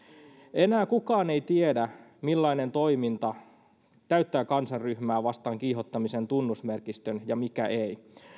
enää kukaan ei tiedä millainen toiminta täyttää kansanryhmää vastaan kiihottamisen tunnusmerkistön ja mikä ei